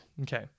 Okay